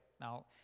Now